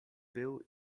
był